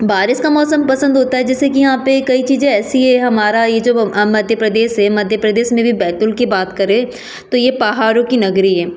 बारिश का मौसम पसंद होता है जैसे कि यहाँ पे कई चीज़ें ऐसी है हमारा ये जो मध्य प्रदेश है मध्य प्रदेश में भी बैतूल की बात करें तो ये पहाड़ों की नगरी है